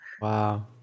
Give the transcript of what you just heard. Wow